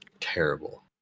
terrible